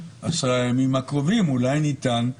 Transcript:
מחלימים כאשר זה מספר הרבה יותר גבוה ממה שאנחנו יודעים על מדינת ישראל.